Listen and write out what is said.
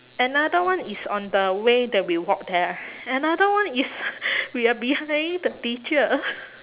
another one is on the way that we walk there another one is we are behind the teacher